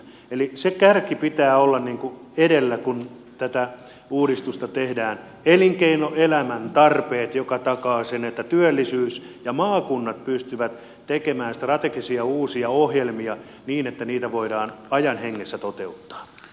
eli sen kärjen pitää olla edellä kun tätä uudistusta tehdään elinkeinoelämän tarpeet mikä takaa sen että työllisyys ja maakunnat pystyvät tekemään strategisia uusia ohjelmia niin että niitä voidaan ajan hengessä toteuttaa